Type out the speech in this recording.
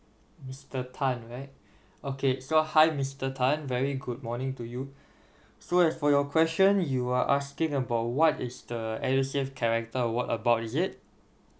mister tan right okay so hi mister tan very good morning to you so as for your question you are asking about what is the edusave character award about is it